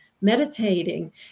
meditating